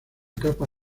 capa